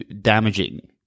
damaging